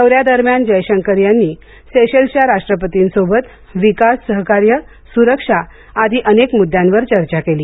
दौऱ्यादरम्यान जयशंकर यांनी सेशेल्सच्या राष्ट्रपतींसोबत विकास सहकार्य सुरक्षा आदी अनेक मुद्द्यांवर चर्चा केली